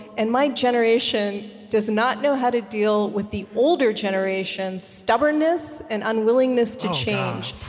and my generation does not know how to deal with the older generation's stubbornness and unwillingness to change,